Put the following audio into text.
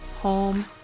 home